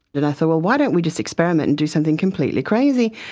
then i thought, well, why don't we just experiment and do something completely crazy,